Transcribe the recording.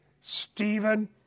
Stephen